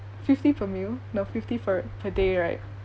fifty per meal no fifty for per day right